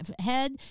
head